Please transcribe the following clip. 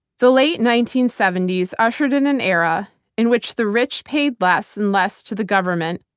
the late nineteen seventy s ushered in an era in which the rich paid less and less to the government,